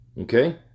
Okay